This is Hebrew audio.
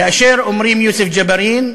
כאשר אומרים יוסף ג'בארין,